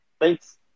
Thanks